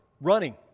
running